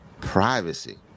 privacy